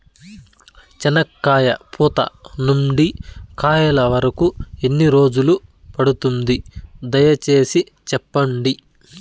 చెనక్కాయ పూత నుండి కాయల వరకు ఎన్ని రోజులు పడుతుంది? దయ సేసి చెప్పండి?